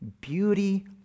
Beauty